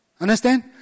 Understand